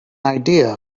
idea